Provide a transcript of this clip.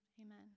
amen